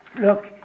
look